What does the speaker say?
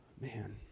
man